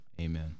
Amen